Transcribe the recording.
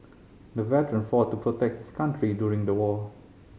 the veteran fought to protect his country during the war